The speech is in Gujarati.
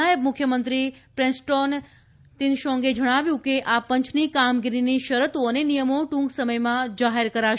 નાયબ મુખ્યમંત્રી પ્રેસ્ટોન તિનસોંગે જણાવ્યું કે આ પંચની કામગીરીની શરતો અને નિયમો ટૂંક સમયમાં જાહેર કરાશે